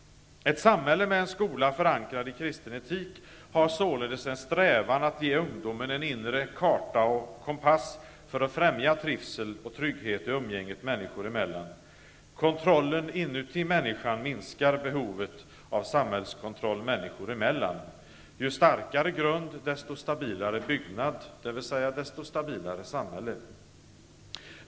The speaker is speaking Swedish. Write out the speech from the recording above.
Ett samhälle med en skola förankrad i kristen etik har således en strävan att ge ungdomen en inre karta och kompass för att främja trivsel och trygghet i umgänget människor emellan. ''Kontrollen inuti människan'' minskar behovet av samhällskontroll människor emellan. Ju starkare grund, desto stabilare byggnad, dvs. desto stabilare samhälle.